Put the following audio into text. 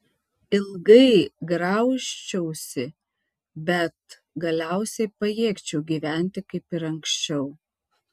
ilgai graužčiausi bet galiausiai pajėgčiau gyventi kaip ir anksčiau